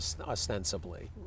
ostensibly